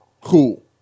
cool